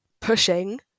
pushing